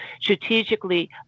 strategically